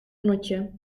knotje